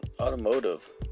automotive